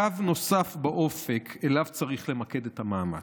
קו נוסף באופק שאליו צריך למקד את המאמץ.